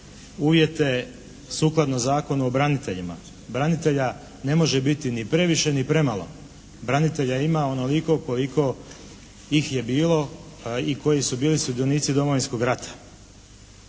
uvjete sukladno Zakonu o braniteljima. Branitelja ne može biti ni previše ni premalo. Branitelja ima onoliko koliko ih je bilo i koji su bili sudionici Domovinskog rata.